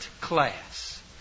class